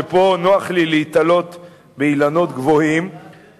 ופה נוח לי להיתלות באילנות גבוהים,